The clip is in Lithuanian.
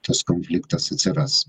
tas konfliktas atsiras